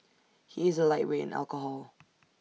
he is A lightweight in alcohol